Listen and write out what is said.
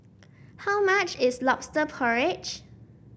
how much is lobster porridge